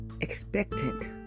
expectant